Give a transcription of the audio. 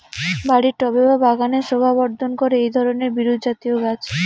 বাড়ির টবে বা বাগানের শোভাবর্ধন করে এই ধরণের বিরুৎজাতীয় গাছ